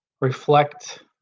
reflect